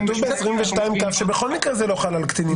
כתוב בסעיף 22כ שבכל מקרה זה לא חל על קטינים?